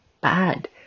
bad